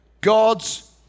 God's